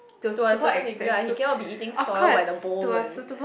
to a certain degree ah he cannot be eating soil by the bowl eh